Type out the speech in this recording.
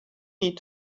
need